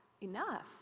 enough